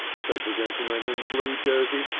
said the gentleman in the blue jersey,